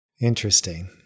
Interesting